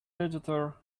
editor